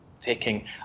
taking